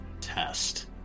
test